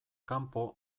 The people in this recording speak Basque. kanpo